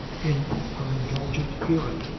in her indulgent hearing.